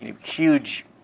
huge